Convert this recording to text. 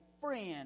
friend